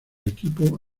equipo